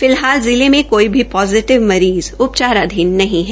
फिलहाल जिले में कोई भी पाजीटिव मरीज उपचाराधीन नहीं है